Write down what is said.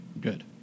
Good